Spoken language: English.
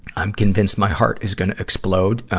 i'm convinced my heart is gonna explode,